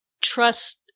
trust